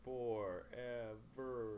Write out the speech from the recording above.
Forever